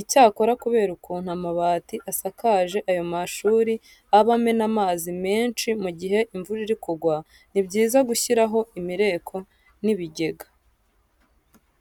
Icyakora kubera ukuntu amabati asakaje ayo mashuri aba amena amazi menshi mu gihe imvura iri kugwa, ni byiza gushyiraho imireko n'ibigega.